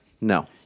no